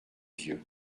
vieux